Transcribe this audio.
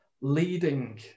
leading